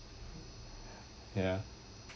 ya